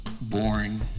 boring